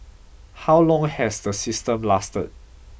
how long has the system lasted